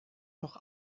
noch